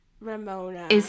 ramona